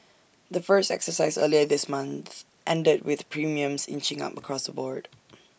the first exercise earlier this month ended with premiums inching up across the board